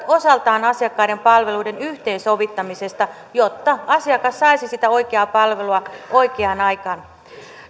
osaltaan asiakkaiden palveluiden yhteensovittamisesta jotta asiakas saisi sitä oikeaa palvelua oikeaan aikaan